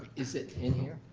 is it in here?